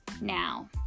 now